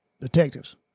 Detectives